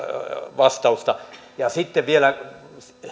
vastausta ja sitten vielä